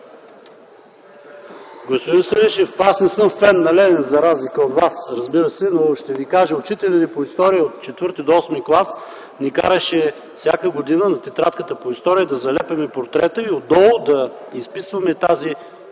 Господин Станишев, аз не съм фен на Ленин за разлика от Вас, разбира се, но ще Ви кажа – учителят ни по история от ІV до VІІІ клас ни караше всяка година на тетрадката по история да залепяме портрета и отдолу да изписваме тази